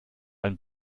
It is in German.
ein